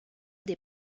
des